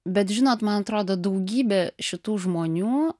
bet žinot man atrodo daugybė šitų žmonių